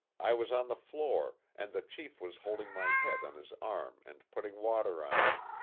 i was on the floor and the chief was holding my head on his arm and putting water on me.